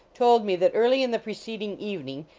told me that early in the preceding evening,